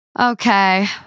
Okay